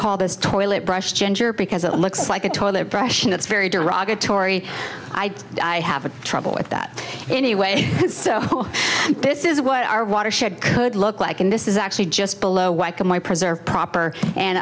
call this toilet brush changer because it looks like a toilet brush and it's very derogatory i have trouble with that anyway so this is what our watershed could look like and this is actually just below